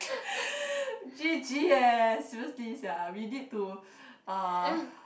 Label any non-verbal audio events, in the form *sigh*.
*noise* g_g eh seriously sia we need to uh